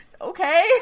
okay